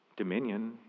dominion